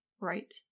Right